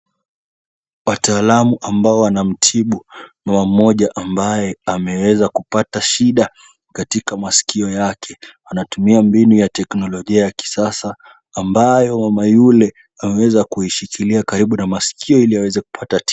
Wataalamu ambao wanamtibu mama mmoja ambaye ameweza kupata shida katika maskio yake. Anatumia mbinu ya teknolojia ya kisasa ambayo mama yule ameweza kuishikilia karibu na maskio ili aweze kupata tiba.